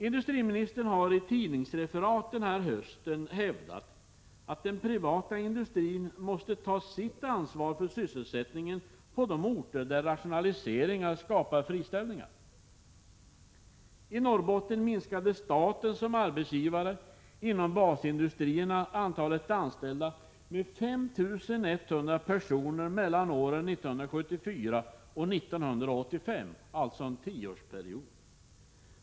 Industriministern har, det framgår av tidningsreferat denna höst, hävdat att den privata industrin måste ta sitt ansvar för sysselsättningen på de orter där rationaliseringar skapar friställningar. I Norrbotten minskade staten som arbetsgivare inom basindustrierna antalet anställda med 5 100 personer mellan år 1974 och år 1985, alltså under en tioårsperiod.